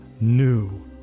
new